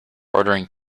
ordering